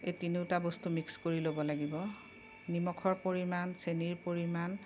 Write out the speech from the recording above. এই তিনিওটা বস্তু মিক্স কৰি ল'ব লাগিব নিমখৰ পৰিমাণ চেনিৰ পৰিমাণ